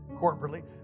corporately